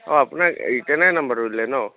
অ আপোনাক জীতেনে নম্বৰটো দিলে ন'